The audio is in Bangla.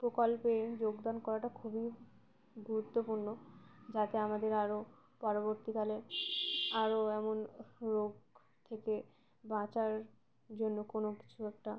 প্রকল্পে যোগদান করাটা খুবই গুরুত্বপূর্ণ যাতে আমাদের আরও পরবর্তীকালে আরও এমন রোগ থেকে বাঁচার জন্য কোনো কিছু একটা